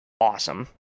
awesome